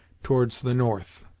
towards the north.